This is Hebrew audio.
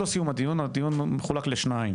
מי מחליט לעלות או לא לעלות לארץ ולעשות סקר מקיף.